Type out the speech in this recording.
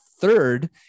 third